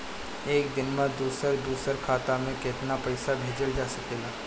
एक दिन में दूसर दूसर खाता में केतना पईसा भेजल जा सेकला?